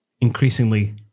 increasingly